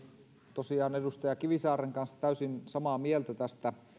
tosiaan edustaja kivisaaren kanssa täysin samaa mieltä